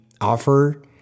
offer